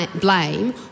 blame